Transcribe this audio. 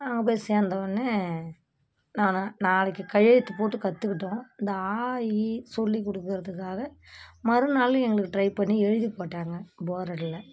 அங்கே போய் சேர்ந்தவொன்னே நான் நாளைக்கு கையெழுத்துப் போட்டு கற்றுக்கிட்டோம் அந்த ஆ இ சொல்லிக் கொடுக்கறதுக்காக மறுநாளு எங்களுக்கு ட்ரைப் பண்ணி எழுதிப் போட்டாங்க போர்டில்